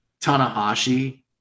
tanahashi